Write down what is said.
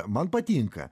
man patinka